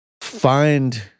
find